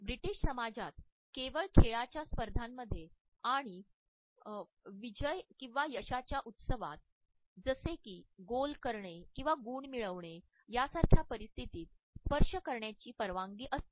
British समाजात स्पर्श केवळ खेळाच्या स्पर्धांमध्ये आणि विजय किंवा यशाच्या उत्सवात जसे की गोल करणे किंवा गुण मिळवणे यासारख्या परिस्थितीत स्पर्श करण्याची परवानगी असते